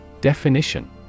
Definition